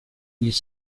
ils